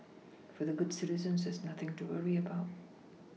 for the good citizens there is nothing to worry about